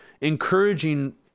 encouraging